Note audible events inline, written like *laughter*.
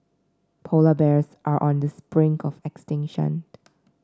polar bears are on the *unintelligible* of extinction